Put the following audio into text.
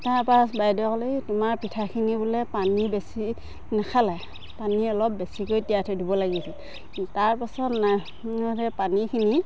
তাৰপৰা বাইদেৱে ক'লে এই তোমাৰ পিঠাখিনি বোলে পানী বেছি বেছি নাখালে পানী অলপ বেছিকৈ তিয়াই থৈ দিব লাগিছিল তাৰপাছত নাই সেই পানীখিনি